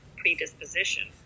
predisposition